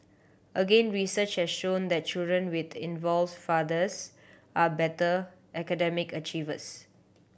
again research has shown that children with involved fathers are better academic achievers